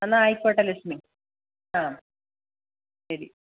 എന്നാൽ ആയിക്കോട്ടെ ലക്ഷ്മി ആ ശരി